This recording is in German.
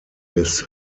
des